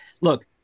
look